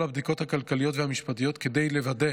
הבדיקות הכלכליות והמשפטיות כדי לוודא